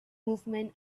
movement